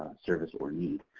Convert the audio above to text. service or need.